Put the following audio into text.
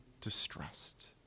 distressed